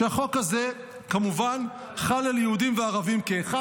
שהחוק הזה כמובן חל על יהודים וערבים כאחד.